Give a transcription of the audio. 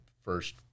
first